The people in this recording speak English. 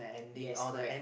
yes correct